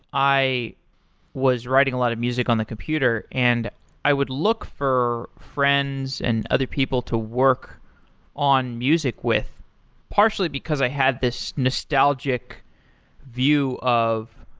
i was writing a lot of music on the computer and i would look for friends and other people to work on music with partially because i have this nostalgic view of,